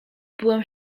byłem